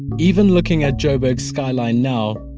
even looking at joburg skyline now,